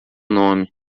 nome